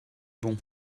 bon